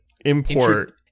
import